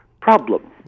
problem